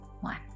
one